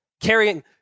carrying